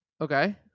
Okay